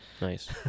Nice